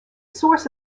source